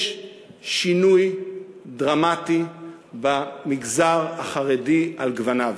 יש שינוי דרמטי במגזר החרדי על גווניו.